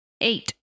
Eight